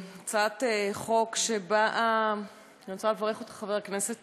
הצעת חוק שבאה, אני רוצה לברך אותך, חבר הכנסת